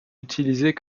utilisées